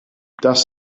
das